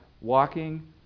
walking